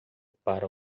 para